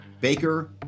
baker